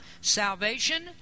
salvation